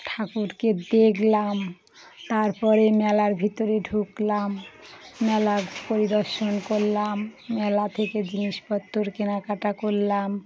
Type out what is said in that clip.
ঠাকুরকে দেখলাম তার পরে মেলার ভিতরে ঢুকলাম মেলা পরিদর্শন করলাম মেলা থেকে জিনিসপত্র কেনাকাটা করলাম